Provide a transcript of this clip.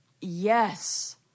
Yes